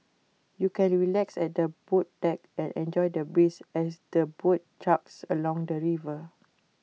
you can relax at the boat deck and enjoy the breeze as the boat chugs along the river